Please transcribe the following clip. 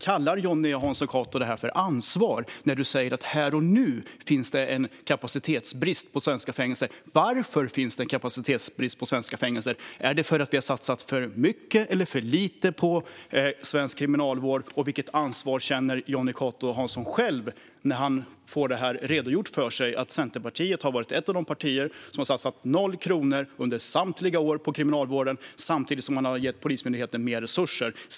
Kallar du, Jonny Cato Hansson, detta för ansvar när du säger att det här och nu är en kapacitetsbrist på svenska fängelser? Varför är det en kapacitetsbrist på svenska fängelser? Är det för att vi har satsat för mycket eller för lite på svensk kriminalvård? Och vilket ansvar känner Jonny Cato Hansson själv när han får redogjort för sig att Centerpartiet har varit ett av de partier som har satsat 0 kronor på Kriminalvården under samtliga år, samtidigt som man har gett Polismyndigheten mer resurser?